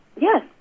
Yes